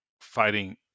fighting